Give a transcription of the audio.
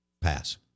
pass